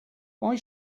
why